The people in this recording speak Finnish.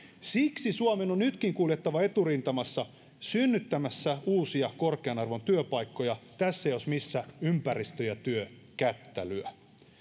siksi suomen on nytkin kuljettava eturintamassa synnyttämässä uusia korkean arvon työpaikkoja tässä jos missä ympäristö ja työ kättä lyö